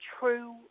true